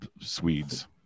Swedes